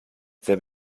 there